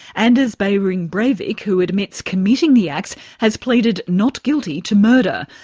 anders behring breivik, who admits committing the acts, has pleaded not guilty to murder.